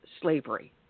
slavery